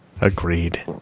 Agreed